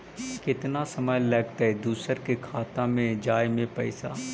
केतना समय लगतैय दुसर के खाता में जाय में पैसा?